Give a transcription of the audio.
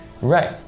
Right